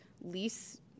lease